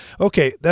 okay